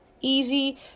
easy